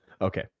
Okay